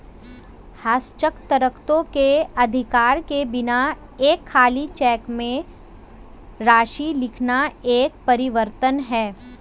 हस्ताक्षरकर्ता के अधिकार के बिना एक खाली चेक में राशि लिखना एक परिवर्तन है